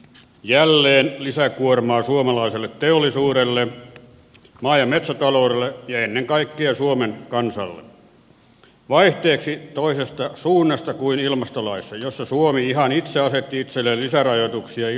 jälleen lisäkuormaa suomalaiselle teollisuudelle maa ja metsätaloudelle ja ennen kaikkea suomen kansalle vaihteeksi toisesta suunnasta kuin ilmastolaissa jossa suomi ihan itse asetti itselleen lisärajoituksia ja lisäkuormaa